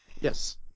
yes